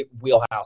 wheelhouse